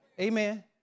Amen